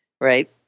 right